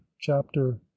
chapter